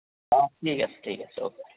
অঁ ঠিক আছে ঠিক আছে অ'কে